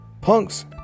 Punk's